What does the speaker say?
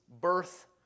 birth